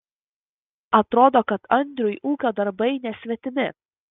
atrodo kad andriui ūkio darbai nesvetimi